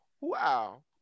wow